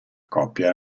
coppia